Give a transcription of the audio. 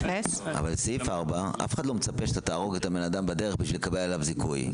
אבל אף אחד לא מצפה שתהרוג את הבן אדם בדרך בשביל לקבל עליו זיכוי.